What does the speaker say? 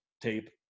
tape